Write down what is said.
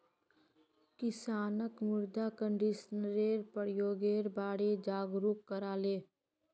किसानक मृदा कंडीशनरेर प्रयोगेर बारे जागरूक कराले